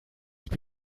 this